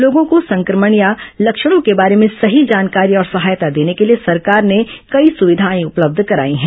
लोगों को संक्रमण या लक्षणों के बारे में सही जानकारी और सहायता देने को लिए सरकार ने कई सुविधाएं उपलब्ध कराई हैं